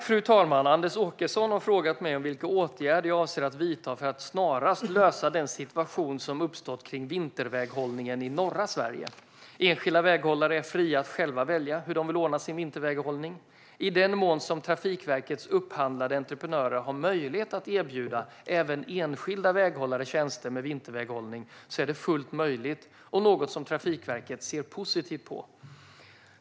Fru talman! Anders Åkesson har frågat mig vilka åtgärder jag avser att vidta för att snarast lösa den situation som uppstått kring vinterväghållningen i norra Sverige. Enskilda väghållare är fria att själva välja hur de vill ordna sin vinterväghållning. I den mån som Trafikverkets upphandlade entreprenörer har möjlighet att erbjuda även enskilda väghållare tjänster med vinterväghållning är det fullt möjligt och något som Trafikverket ser positivt på.